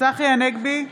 צחי הנגבי,